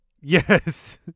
yes